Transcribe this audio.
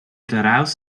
daraus